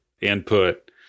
input